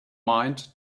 mind